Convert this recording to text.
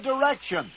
direction